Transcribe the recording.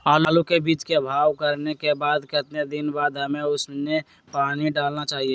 आलू के बीज के भाव करने के बाद कितने दिन बाद हमें उसने पानी डाला चाहिए?